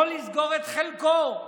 יכול לסגור את חלקו,